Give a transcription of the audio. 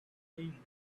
thing